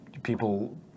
People